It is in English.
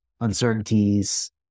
uncertainties